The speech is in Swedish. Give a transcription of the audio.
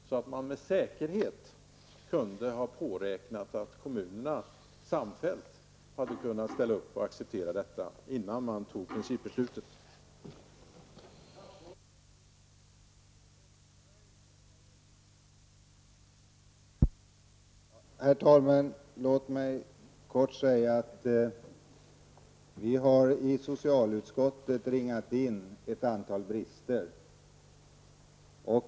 Då kunde man med säkerhet ha påräknat att kommunerna samfällt hade kunnat ställa upp och acceptera detta innan principbeslutet fattades.